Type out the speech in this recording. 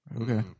Okay